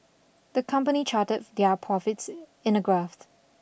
the company charted their profits in a graphs